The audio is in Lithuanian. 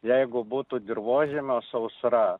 jeigu būtų dirvožemio sausra